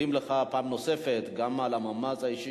הזה.